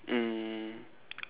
um